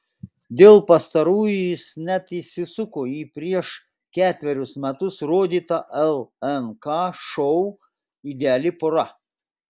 dėl pastarųjų jis net įsisuko į prieš ketverius metus rodytą lnk šou ideali pora